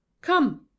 come